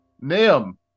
Nim